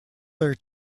their